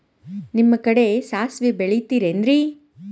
ನಿಮ್ಮ ಕಡೆ ಸಾಸ್ವಿ ಬೆಳಿತಿರೆನ್ರಿ?